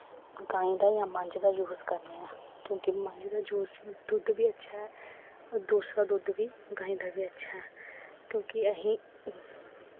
गायें दा जां मंज दा य़ूस करने आं क्योंकि मंज दा जूस दुद्ध बी अच्छा ऐ दूसरा दुद्ध बी गायें दा बी अच्छा ऐ क्योंकि असीं